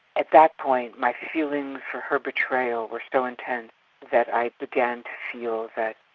at that point my feelings for her betrayal were so intense that i began to feel that,